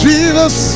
Jesus